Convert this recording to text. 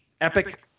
epic